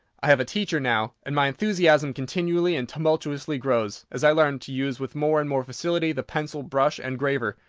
i have a teacher now, and my enthusiasm continually and tumultuously grows, as i learn to use with more and more facility the pencil, brush, and graver.